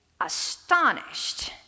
astonished